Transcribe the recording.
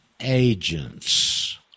agents